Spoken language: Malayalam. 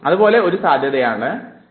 അതുപോലെയുള്ള ഒരു സാധ്യതയായിരുന്നു ഇത്